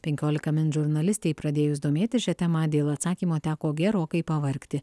penkiolika min žurnalistei pradėjus domėtis šia tema dėl atsakymo teko gerokai pavargti